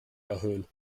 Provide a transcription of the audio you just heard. erhöhen